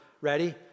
Ready